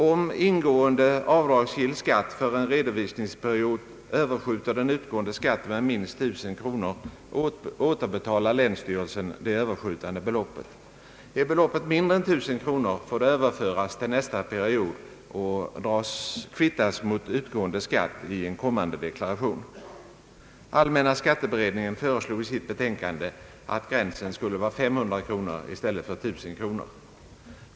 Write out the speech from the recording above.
Om ingående avdragsgill skatt för en redovisningsperiod överskjuter den utgående skatten med minst 1000 kronor, återbetalar länsstyrelsen det överskjutande beloppet. är beloppet mindre än 1000 kronor får det överföras till nästa period och kvittas mot utgående skatt i kommande deklaration. Allmänna skatteberedningen föreslog i sitt betänkande att gränsen skulle vara 500 kronor i stället för 1 000 kronor.